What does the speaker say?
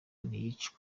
ntiyicwa